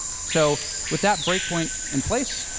so with that breakpoint in place,